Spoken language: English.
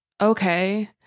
okay